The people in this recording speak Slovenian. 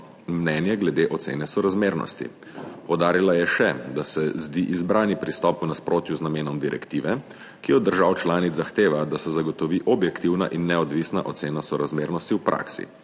mnenje glede ocene sorazmernosti. Poudarila je še, da se zdi izbrani pristop v nasprotju z namenom direktive, ki od držav članic zahteva, da se zagotovi objektivna in neodvisna ocena sorazmernosti v praksi.